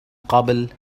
قبل